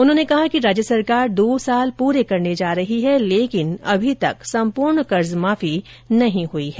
उन्होंने कहा कि राज्य सरकार दो साल पूरे करने जा रही है लेकिन अभी तक संपूर्ण कर्जमाफी नहीं हई है